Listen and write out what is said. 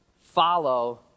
follow